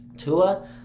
Tua